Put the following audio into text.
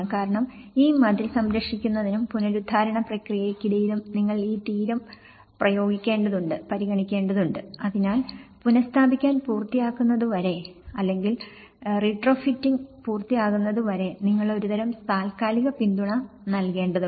കാരണം ഈ മതിൽ സംരക്ഷിക്കുന്നതിനും പുനരുദ്ധാരണ പ്രക്രിയയ്ക്കിടയിലും നിങ്ങൾ ഈ തീരം പ്രയോഗിക്കേണ്ടതുണ്ട് പരിഗണിക്കേണ്ടതുണ്ട് അതിനാൽ പുനഃസ്ഥാപിക്കൽ പൂർത്തിയാകുന്നതുവരെ അല്ലെങ്കിൽ റിട്രോഫിറ്റിംഗ് പൂർത്തിയാകുന്നതുവരെ നിങ്ങൾ ഒരുതരം താൽക്കാലിക പിന്തുണ നൽകേണ്ടതുണ്ട്